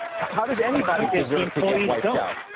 how does anybody deserve to get wiped out?